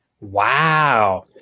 Wow